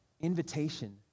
invitation